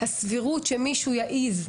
הסבירות שמישהו יעז,